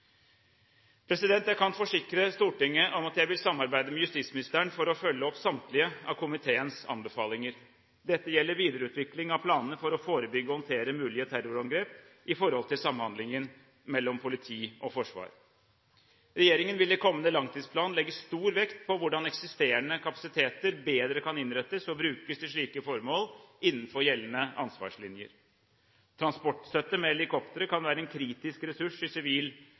Jeg kan forsikre Stortinget om at jeg vil samarbeide med justisministeren for å følge opp samtlige av komiteens anbefalinger. Dette gjelder videreutvikling av planer for å forebygge og håndtere mulige terrorangrep med tanke på samhandlingen mellom politi og forsvar. Regjeringen vil i kommende langtidsplan legge stor vekt på hvordan eksisterende kapasiteter bedre kan innrettes og brukes til slike formål innenfor gjeldende ansvarslinjer. Transportstøtte med helikoptre kan være en kritisk ressurs i